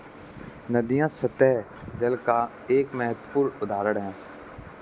नदियां सत्तह जल का एक महत्वपूर्ण उदाहरण है